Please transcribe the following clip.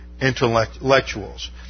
intellectuals